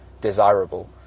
desirable